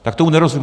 Tak tomu nerozumím.